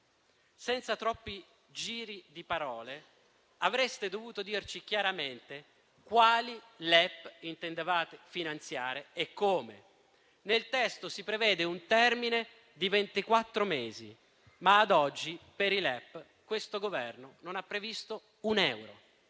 Senza troppi giri di parole, avreste dovuto dirci chiaramente quali intendevate finanziare e come. Nel testo si prevede un termine di ventiquattro mesi, ma ad oggi, per i LEP, questo Governo non ha previsto un euro.